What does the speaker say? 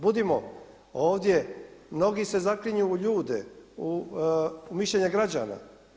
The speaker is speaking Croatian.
Budimo ovdje, mnogi se zaklinju u ljude, u mišljenje građana.